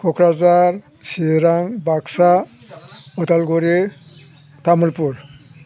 Kokrajhar Chirang Baksa Udalguri Tamulpur